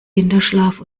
winterschlaf